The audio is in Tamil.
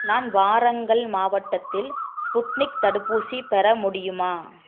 நான் வாரங்கல் மாவட்டத்தில் ஸ்புட்னிக் தடுப்பூசி பெற முடியுமா